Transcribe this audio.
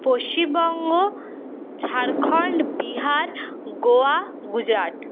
Paschimbanga Jharkhand Bihar Goa Gujarat